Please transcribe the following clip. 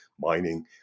mining